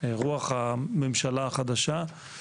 רוח הממשלה החדשה.